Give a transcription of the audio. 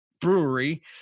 brewery